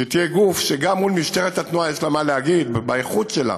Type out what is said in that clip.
שתהיה גוף שגם מול משטרת התנועה יהיה לה מה להגיד: באיכות שלה,